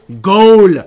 goal